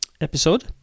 episode